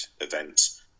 event